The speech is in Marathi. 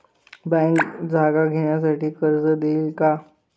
बँक जागा घेण्यासाठी कर्ज देईल का?